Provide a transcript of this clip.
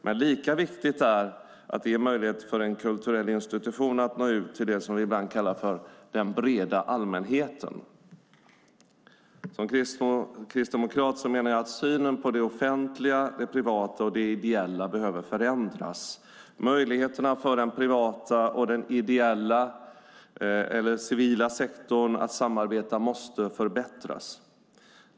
Men lika viktigt är att ge möjlighet för en kulturell institution att nå ut till det som vi ibland kallar den breda allmänheten. Som kristdemokrat menar jag att synen på det offentliga, det privata och det ideella behöver förändras. Möjligheterna för den privata och den ideella - civila - sektorn att samarbeta måste förbättras.